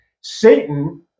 Satan